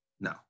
No